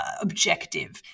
objective